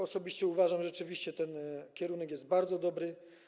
Osobiście uważam, że rzeczywiście ten kierunek jest bardzo dobry.